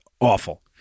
awful